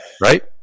right